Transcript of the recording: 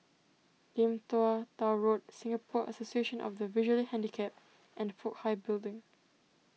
Lim Tua Tow Road Singapore Association of the Visually Handicapped and Fook Hai Building